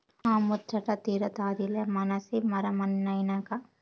ఆ ముచ్చటా తీరతాదిలే మనసి మరమనినైనంక